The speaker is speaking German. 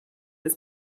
ist